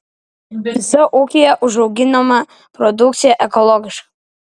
visa ūkyje užauginama produkcija ekologiška